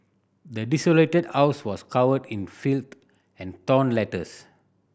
the desolated house was covered in filth and torn letters